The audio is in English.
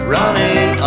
running